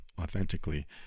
authentically